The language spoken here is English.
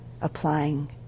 applying